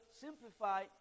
simplify